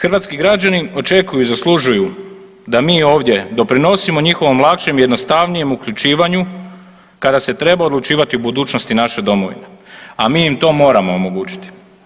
Hrvatski građani očekuju i zaslužuju da mi ovdje doprinosimo njihovom lakšem i jednostavnim uključivanju kada se treba odlučivati o budućnosti naše domovine, a mi im to moramo omogućiti.